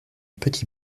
petit